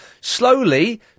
slowly